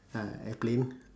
ah airplane